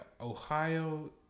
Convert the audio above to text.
Ohio